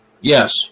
Yes